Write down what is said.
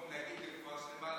במקום להגיד לי רפואה שלמה,